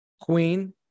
Queen